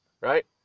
right